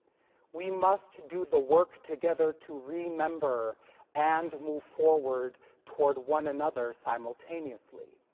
we must do the work together to remember and move forward toward one another simultaneously.